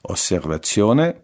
Osservazione